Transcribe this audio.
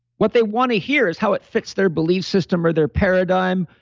what they want to hear is how it fits their belief system or their paradigm.